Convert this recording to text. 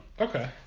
Okay